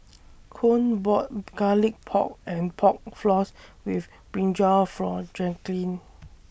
Coen bought Garlic Pork and Pork Floss with Brinjal For Jaquelin